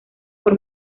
por